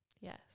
Yes